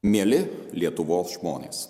mieli lietuvos žmonės